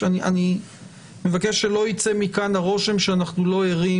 אני מבקש שלא יצא מכאן הרושם שאנחנו לא ערים